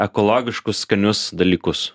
ekologiškus skanius dalykus